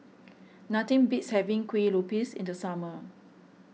nothing beats having Kuih Lopes in the summer